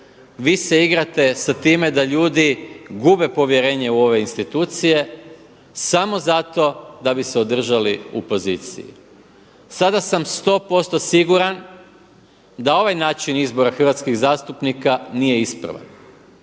vi se igrate sa time da ljudi gube povjerenje u ove institucije samo zato da bi se održali u poziciji. Sada sam 100% siguran da ovaj način izbora hrvatskih zastupnika nije ispravan.